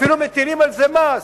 אפילו מטילים על זה מס.